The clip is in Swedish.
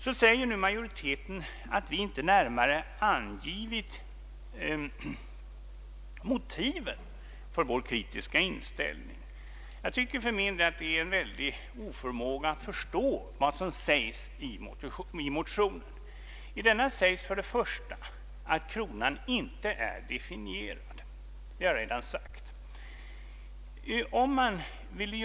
Majoriteten säger alltså att vi inte närmare angivit motiven för vår kritiska inställning. Jag tycker att det tyder på en oförmåga att förstå vad som sägs i motionen. I denna sägs att kronan inte är definierad. Det har jag redan påpekat.